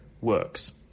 works